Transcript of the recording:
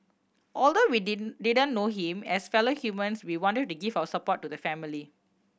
although we didn't know him as fellow humans we wanted to give our support to the family